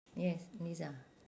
yes liza